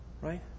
Right